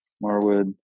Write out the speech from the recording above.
Marwood